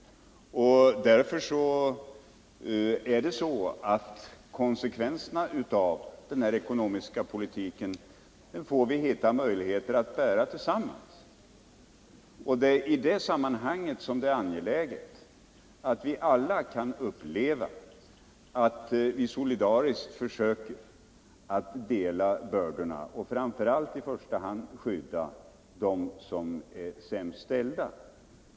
Konsekvenserna av denna ekonomiska politik får vi därför försöka hitta möjligheter att bära tillsammans. Det är i det sammanhanget angeläget att vi kan uppleva känslan av att vi alla solidariskt försöker dela bördorna och i första hand försöker skydda dem som är sämst ställda.